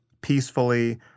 peacefully